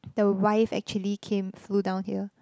the wife actually came flew down here